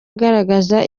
agaragaza